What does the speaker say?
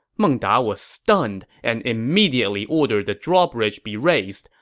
meng da was stunned and immediately ordered the drawbridge be raised.